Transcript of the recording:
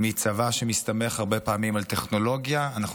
מצבא שמסתמך הרבה פעמים על טכנולוגיה אנחנו